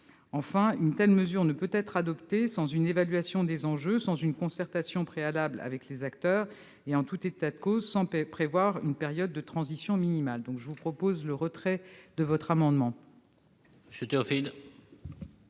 Enfin, une telle mesure ne peut être adoptée sans une évaluation des enjeux, sans une concertation préalable avec les acteurs et, en tout état de cause, sans prévoir une période de transition minimale. Pour ces raisons, je demande le retrait de cet amendement.